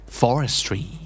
forestry